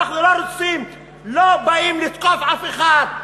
אנחנו לא רוצים לא באים לתקוף אף אחד,